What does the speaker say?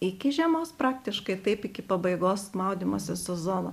iki žiemos praktiškai taip iki pabaigos maudymosi sezono